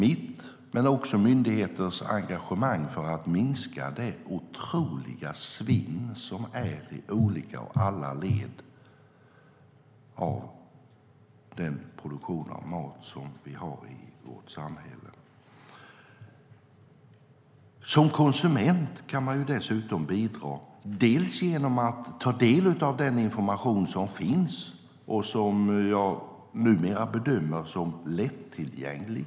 Jag och myndigheten har ett engagemang för att minska det otroliga svinn som finns i alla led av matproduktionen i vårt samhälle. Som konsument kan man dessutom bidra genom att ta del av den information som finns och som jag numera bedömer som lättillgänglig.